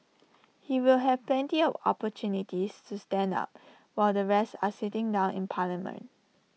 he will have plenty of opportunities to stand up while the rest are sitting down in parliament